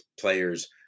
players